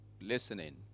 listening